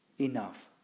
enough